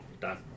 Done